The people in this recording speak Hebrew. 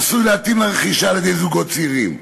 עשוי להתאים לרכישה על-ידי זוגות צעירים.